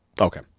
Okay